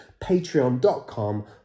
patreon.com